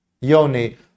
yoni